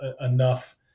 enough